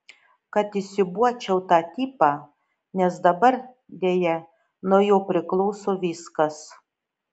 kad įsiūbuočiau tą tipą nes dabar deja nuo jo priklauso viskas